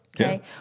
Okay